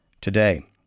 today